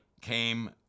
came